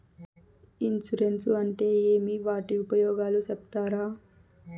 Insurance అంటే ఏమి? వాటి ఉపయోగాలు సెప్తారా?